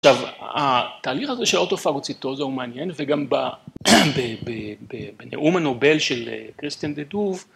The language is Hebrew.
עכשיו, התהליך הזה של אוטו-פרוציטוזה הוא מעניין, וגם בנאום הנובל של קריסטין דה דוב,